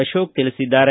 ಅಶೋಕ್ ತಿಳಿಸಿದ್ದಾರೆ